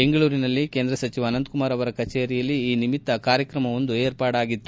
ಬೆಂಗಳೂರಿನಲ್ಲಿ ಕೇಂದ್ರಸಚಿವ ಅನಂತಕುಮಾರ್ ಅವರ ಕಚೇರಿಯಲ್ಲಿ ಈ ನಿಮಿತ್ತ ಕಾರ್ಯಕ್ರಮವೊಂದು ಏರ್ಪಾಡಾಗಿತ್ತು